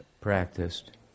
practiced